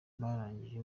barangije